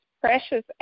precious